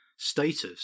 Status